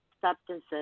substances